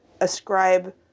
ascribe